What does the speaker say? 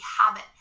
habit